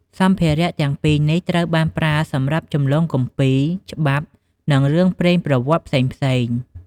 សម្ភារៈទាំងពីរនេះ ត្រូវបានប្រើសម្រាប់ចម្លងគម្ពីរ ច្បាប់ និងរឿងព្រេងប្រវត្តិផ្សេងៗ។